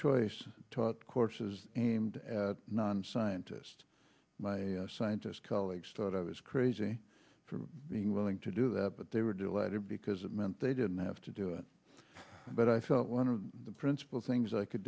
choice taught courses and non scientist my scientist colleagues thought i was crazy for being willing to do that but they were delighted because it meant they didn't have to do it but i thought one of the principal things i could